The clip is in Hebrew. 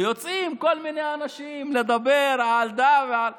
ויוצאים כל מיני אנשים לדבר על הא ועל דא.